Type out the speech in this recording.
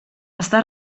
està